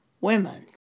women